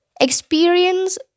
experience